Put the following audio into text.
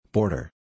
Border